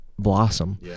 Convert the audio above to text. blossom